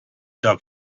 dog